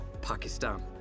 Pakistan